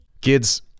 Kids